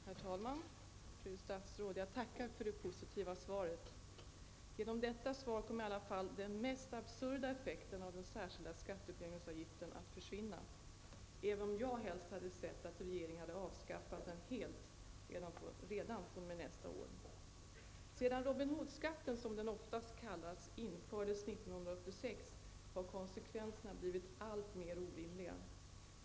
Herr talman! Fru statsråd! Jag tackar för det positiva svaret. Genom detta svar kommer i alla fall den mest absurda effekten av den särskilda skatteutjämningsavgiften att försvinna, även om jag helst hade sett att regeringen hade avskaffat den helt redan fr.o.m. nästa år. Sedan Robin Hood-skatten, som den oftast kallas, infördes 1986 har konsekvenserna blivit alltmer orimliga.